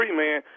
man